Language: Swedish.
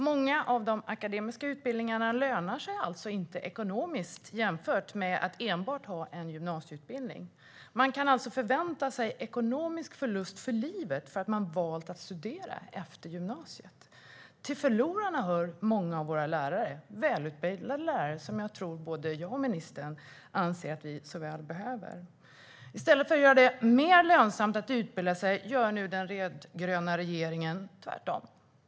Många av de akademiska utbildningarna lönar sig alltså inte ekonomiskt om man jämför med att enbart ha en gymnasieutbildning. Man kan alltså förvänta sig ekonomisk förlust för livet för att man valt att studera efter gymnasiet. Till förlorarna hör många av våra lärare. Det är välutbildade lärare som jag tror att både jag och ministern anser att vi så väl behöver. I stället för att göra det mer lönsamt att utbilda sig gör den rödgröna regeringen tvärtom.